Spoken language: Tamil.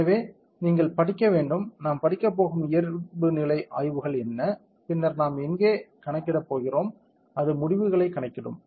எனவே நீங்கள் படிக்கப் வேண்டும் நாம் படிக்கப் போகும் இயல்புநிலை ஆய்வுகள் உள்ளன பின்னர் நாம் இங்கே கணக்கிடப் போகிறோம் அது முடிவுகளைக் கணக்கிடும்